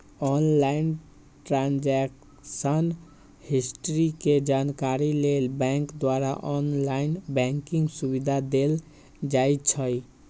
online transaction history के जानकारी लेल बैंक द्वारा ऑनलाइन बैंकिंग सुविधा देल जाइ छइ